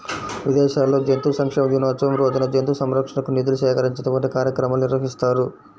విదేశాల్లో జంతు సంక్షేమ దినోత్సవం రోజున జంతు సంరక్షణకు నిధులు సేకరించడం వంటి కార్యక్రమాలు నిర్వహిస్తారు